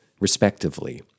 respectively